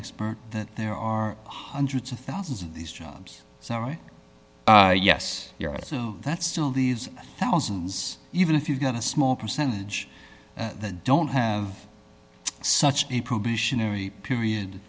expert that there are hundreds of thousands of these jobs sorry yes that's still these thousands even if you've got a small percentage that don't have such a probationary period